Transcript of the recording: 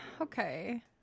Okay